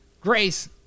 Grace